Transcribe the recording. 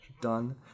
done